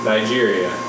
Nigeria